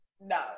No